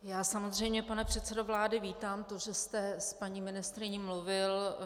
Já samozřejmě, pane předsedo vlády, vítám to, že jste s paní ministryní mluvil.